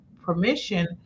permission